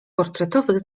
portretowych